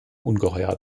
ungeheuer